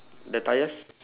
the tyres